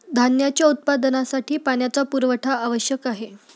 धान्याच्या उत्पादनासाठी पाण्याचा पुरवठा आवश्यक आहे